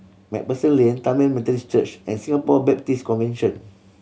Macpherson Lane Tamil Methodist Church and Singapore Baptist Convention